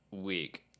week